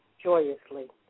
joyously